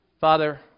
Father